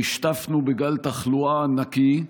נשטפנו בגל תחלואה ענקי,